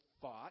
thought